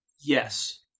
Yes